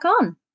on